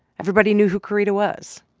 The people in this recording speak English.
everybody knew who karida was,